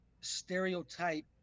stereotype